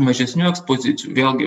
mažesnių ekspozicijų vėlgi